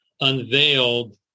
unveiled